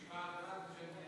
ואחריה,